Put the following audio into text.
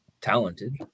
talented